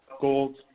gold